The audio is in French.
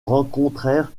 rencontrèrent